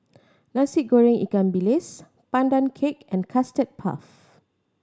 Nasi Goreng ikan bilis Pandan Cake and Custard Puff